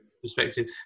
perspective